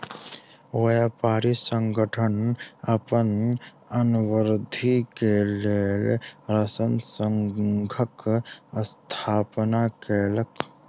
व्यापारी संगठन अपन धनवृद्धि के लेल ऋण संघक स्थापना केलक